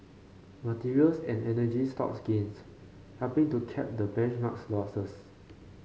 materials and energy stocks gained helping to cap the benchmark's losses